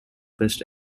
best